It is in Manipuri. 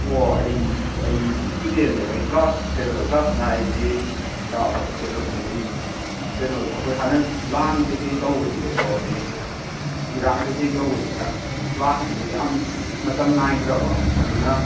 ꯑꯣ ꯑꯩ ꯑꯩ ꯏꯁꯇꯨꯗꯦꯟꯅꯦꯕ ꯑꯩ ꯀ꯭ꯂꯥꯁ ꯀꯩꯅꯣ ꯀ꯭ꯂꯥꯁ ꯅꯥꯏꯟꯒꯤ ꯀꯥꯕ ꯀꯩꯅꯣꯅꯦ ꯑꯩ ꯀꯩꯅꯣꯗꯣ ꯑꯩꯈꯣꯏ ꯍꯟꯗꯛ ꯂꯥꯟ ꯀꯩꯀꯩ ꯇꯧꯕꯁꯤꯗꯀꯣ ꯑꯩ ꯏꯔꯥꯡ ꯀꯩꯀꯩ ꯇꯧꯕꯁꯤꯅ ꯀ꯭ꯂꯥꯁ ꯇꯨꯁꯨ ꯌꯥꯝ ꯃꯇꯝ ꯅꯥꯏꯗ꯭ꯔꯕ ꯑꯗꯨꯅ